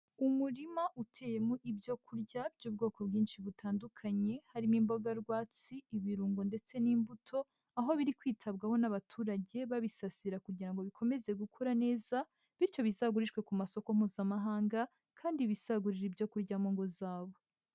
Umurima uteyemo ibyo kurya by'ubwoko bwinshi butandukanye, harimo imboga rwatsi, ibirungo ndetse n'imbuto, aho biri kwitabwaho n'abaturage babisasira kugira ngo bikomeze gukura neza, bityo bizagurishwe ku masoko mpuzamahanga kandi bisagurire ibyo kurya mu ngo zabo.